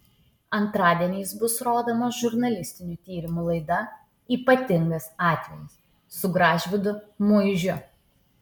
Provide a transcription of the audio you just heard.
antradieniais bus rodoma žurnalistinių tyrimų laida ypatingas atvejis su gražvydu muižiu